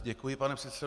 Děkuji, pane předsedo.